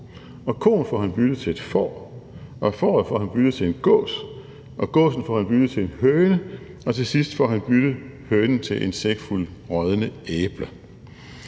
og koen får han byttet til et får, og fåret får han byttet til en gås, og gåsen får han byttet til en høne, og til sidst får han byttet hønen til en sækfuld rådne æbler.